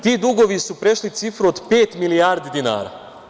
Ti dugovi su prešli cifru od pet milijardi dinara.